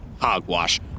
Hogwash